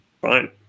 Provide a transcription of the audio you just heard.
fine